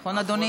נכון, אדוני?